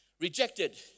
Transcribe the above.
rejected